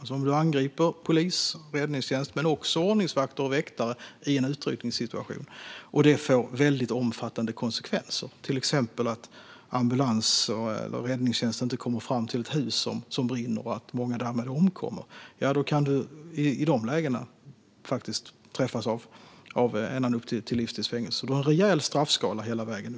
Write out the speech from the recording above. Den som angriper polis eller räddningstjänst men också ordningsvakter och väktare i en utryckningssituation och om det leder till omfattande konsekvenser, till exempel att ambulans eller räddningstjänst inte kommer fram till ett hus som brinner och att många därmed omkommer, kan träffas av upp till livstids fängelse. Det är en rejäl straffskala hela vägen.